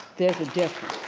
there's a difference.